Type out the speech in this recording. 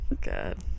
Good